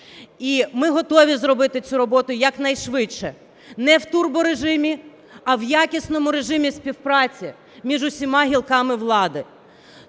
І ми готові зробити цю роботу якнайшвидше, не в турборежимі, а в якісному режимі співпраці між усіма гілками влади.